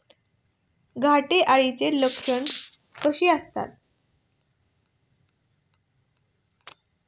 घाटे अळीची लक्षणे कशी असतात?